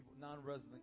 non-resident